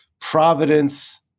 Providence